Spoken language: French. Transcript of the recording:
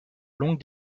longue